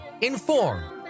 inform